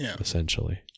essentially